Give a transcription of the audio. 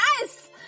Yes